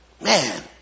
Man